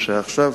כמו שהיה עכשיו.